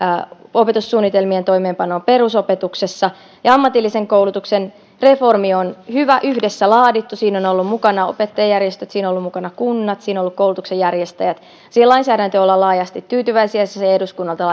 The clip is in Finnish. opetussuunnitelmien toimeenpanoon perusopetuksessa ja ammatillisen koulutuksen reformi on hyvä yhdessä laadittu siinä ovat olleet mukana opettajajärjestöt siinä ovat olleet mukana kunnat siinä ovat olleet koulutuksen järjestäjät siihen lainsäädäntöön ollaan laajasti tyytyväisiä ja se sai eduskunnalta